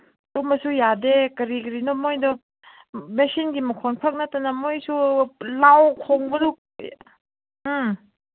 ꯇꯨꯝꯕꯁꯨ ꯌꯥꯗꯦ ꯀꯔꯤ ꯀꯔꯤꯅꯣ ꯃꯣꯏꯗꯣ ꯃꯦꯁꯤꯟꯒꯤ ꯃꯈꯣꯟꯈꯛ ꯅꯠꯇꯅ ꯃꯣꯏꯁꯨ ꯂꯥꯎ ꯈꯣꯡꯕꯗꯨ ꯎꯝ